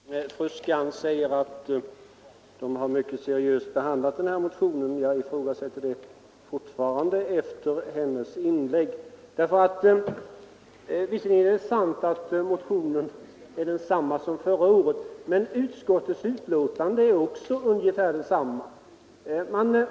Herr talman! Fru Skantz säger att utskottet har behandlat min motion mycket seriöst. Jag ifrågasätter det fortfarande efter hennes senaste inlägg. Visserligen är det sant att motionen är densamma som förra året, men utskottets betänkande är också ungefär detsamma.